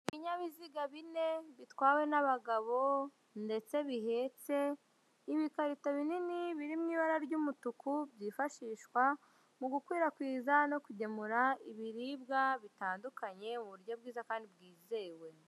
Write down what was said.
Ibinyabiziga bine bitwawe n'abagabo ndetse bihetse, ibikarito binini biririmo ibara ry'umutuku byifashishwa mu gukwirakwiza no kugemura ibiribwa bitandukanye mu buryo bwiza kandi bwizewe.